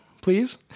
please